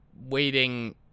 waiting